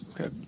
Okay